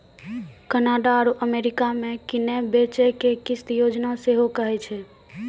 Canada आरु America मे किनै बेचै के किस्त योजना सेहो कहै छै